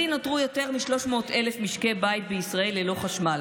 בשיא נותרו יותר מ-300,000 משקי בית בישראל ללא חשמל,